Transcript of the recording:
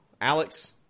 Alex